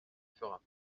fera